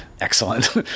Excellent